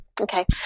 Okay